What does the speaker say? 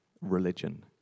religion